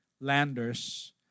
Landers